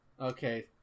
Okay